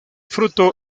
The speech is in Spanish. fruto